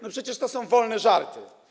No przecież to są wolne żarty.